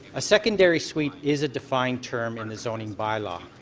a secondary suite is a defined term in the zoning by-law.